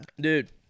Dude